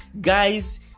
Guys